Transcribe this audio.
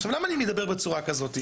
עכשיו, למה אני מדבר בצורה כזו?